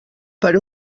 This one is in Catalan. per